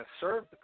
serve